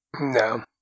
No